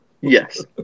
yes